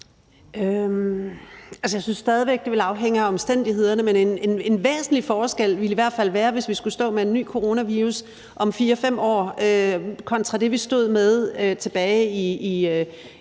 Jeg synes stadig væk, det vil afhænge af omstændighederne, men en væsentlig forskel ville i hvert fald være, hvis vi skulle stå med en ny coronavirus om 4-5 år kontra det, vi stod med tilbage i